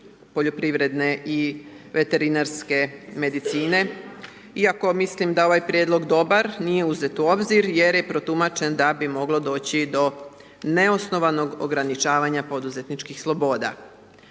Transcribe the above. poljoprivredne i veterinarske medicine. Iako mislim da je ovaj prijedlog dobar, nije uzet u obzir jer je protumačen da bi moglo doći do neosnovanog ograničavanja poduzetničkih sloboda.